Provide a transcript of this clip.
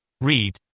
read